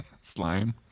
Slime